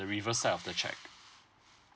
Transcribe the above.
reverse side of the cheque